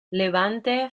levante